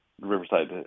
Riverside